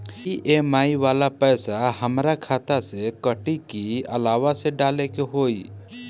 EMI वाला पैसा हाम्रा खाता से कटी की अलावा से डाले के होई?